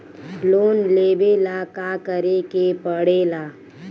Loan लेबे ला का करे के पड़े ला?